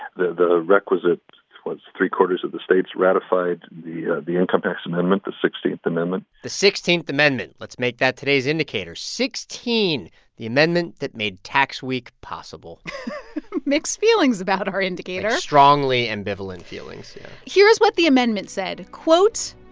the the requisite was three-quarters of the states ratified the ah the income tax amendment the sixteenth amendment the sixteenth amendment let's make that today's indicator sixteen the amendment that made tax week possible mixed feelings about our indicator strongly ambivalent feelings, yeah here's what the amendment said. quote,